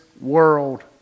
world